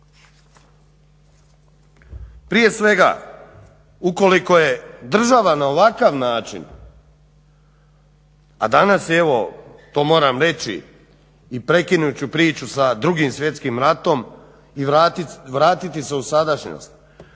Prije svega, ukoliko je država na ovakav način, a danas je evo to moram reći i prekinut ću priču sa Drugim svjetskim ratom i vratiti se u sadašnjost.